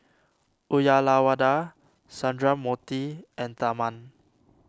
Uyyalawada Sundramoorthy and Tharman